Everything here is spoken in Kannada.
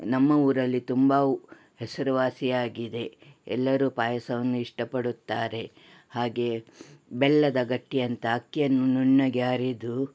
ನಮ್ಮ ಊರಲ್ಲಿ ತುಂಬ ಹೆಸರುವಾಸಿಯಾಗಿದೆ ಎಲ್ಲರೂ ಪಾಯಸವನ್ನು ಇಷ್ಟಪಡುತ್ತಾರೆ ಹಾಗೆ ಬೆಲ್ಲದ ಗಟ್ಟಿ ಅಂತ ಅಕ್ಕಿಯನ್ನು ನುಣ್ಣಗೆ ಅರೆದು